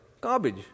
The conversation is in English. garbage